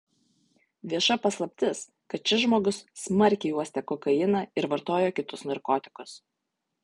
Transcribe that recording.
vieša paslaptis kad šis žmogus smarkiai uostė kokainą ir vartojo kitus narkotikus